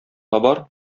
табар